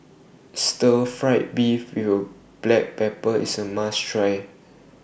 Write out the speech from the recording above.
Stir Fry Beef We Will Black Pepper IS A must Try